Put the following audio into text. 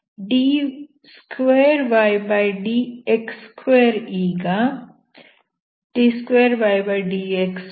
d2ydx2 ಈಗ d2ydx2ddx